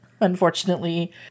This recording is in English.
unfortunately